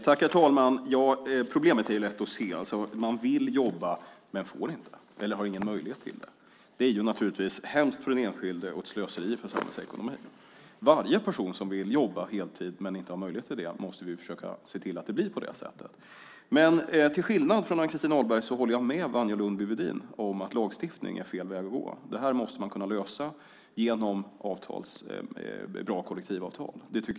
Herr talman! Problemet är lätt att se. Man vill jobba men får inte göra det eller har ingen möjlighet till det. Det är naturligtvis hemskt för den enskilde och ett slöseri för samhällsekonomin. Vi måste försöka se till att varje person som vill jobba heltid men inte har möjlighet till det ska få göra det. Men till skillnad från Ann-Christin Ahlberg håller jag med Wanja Lundby-Wedin om att lagstiftning är fel väg att gå. Det här måste man kunna lösa genom bra kollektivavtal.